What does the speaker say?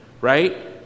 right